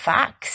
Fox